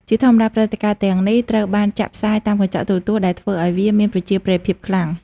ជាធម្មតា ព្រឹត្តិការណ៍ទាំងនេះត្រូវបានចាក់ផ្សាយតាមកញ្ចក់ទូរទស្សន៍ ដែលធ្វើឲ្យវាមានប្រជាប្រិយភាពខ្លាំង។